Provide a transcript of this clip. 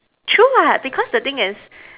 true lah because the thing is